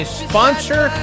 sponsor